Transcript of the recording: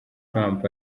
trump